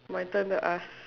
my turn to ask